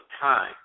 time